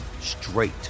straight